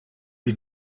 die